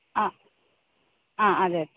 ആ ആ അതേ